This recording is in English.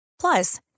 Plus